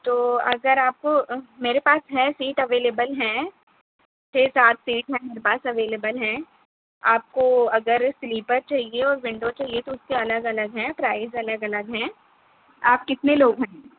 تو اگر آپ کو میرے پاس ہے سیٹ اویلیبل ہیں چھ سات سیٹ ہیں میرے پاس اویلیبل ہیں آپ کو اگر سلیپر چاہیے اور ونڈو چاہیے تو اس کے الگ الگ ہیں پرائز الگ الگ ہیں آپ کتنے لوگ ہیں